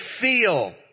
feel